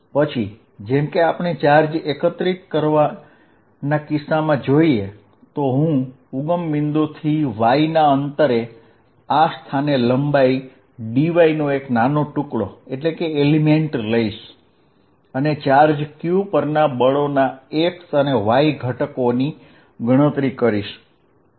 પછી જેમ કે આપણે ચાર્જ એકત્રીત કરવાના કિસ્સામાં જોઇએ તો હું ઉગમ બિંદુ થી y ના અંતરે આ સ્થાને લંબાઈ dy નો એક નાનો ટુકડો લઈશ અને ચાર્જ q પરના બળોના x અને y ઘટકની ગણતરી કરીશ